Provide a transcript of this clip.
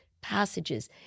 passages